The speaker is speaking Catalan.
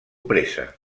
pressa